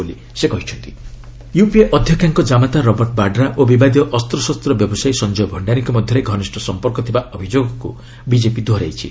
BJP Rafale UPA ଅଧ୍ୟକ୍ଷାଙ୍କ ଜାମାତା Robert Vadra ଓ ବିବାଦୀୟ ଅସ୍ତ୍ରଶସ୍ତ ବ୍ୟବସାୟୀ ସଞ୍ଜୟ ଭକ୍ତାରୀଙ୍କ ମଧ୍ୟରେ ଘନିଷ୍ଠ ସମ୍ପର୍କ ଥିବା ଅଭିଯୋଗକୁ ବିଜେପି ଦୋହରାଇଛି